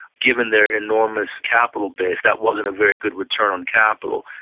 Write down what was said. given their enormous capital base that wasn't a very good return on capital.